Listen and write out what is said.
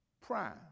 Prime